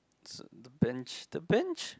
the bench the bench